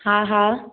हा हा